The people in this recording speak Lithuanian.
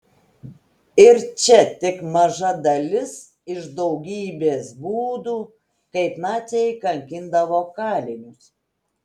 ir čia tik maža dalis iš daugybės būdų kaip naciai kankindavo kalinius